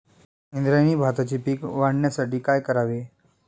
इंद्रायणी भाताचे पीक वाढण्यासाठी काय करावे?